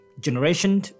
generation